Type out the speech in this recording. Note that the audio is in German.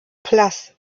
place